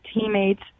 teammates